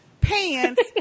pants